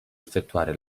effettuare